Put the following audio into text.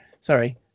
sorry